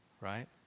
Right